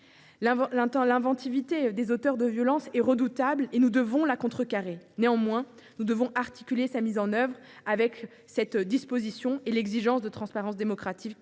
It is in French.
L’inventivité des auteurs de violences est redoutable et nous devons la contrecarrer. Néanmoins, nous devons articuler la mise en œuvre de cette disposition avec l’exigence de transparence démocratique